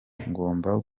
ngomba